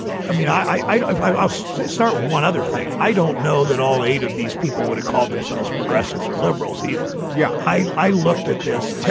i mean, i i i'll start with one other thing. i don't know that all eight of these people would have called themselves progressives or liberals either. yeah, i i looked at this.